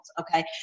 Okay